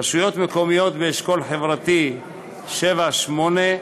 3. רשויות מקומיות באשכול חברתי 7 ו-8,